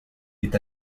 est